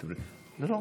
אתה רוצה, לא,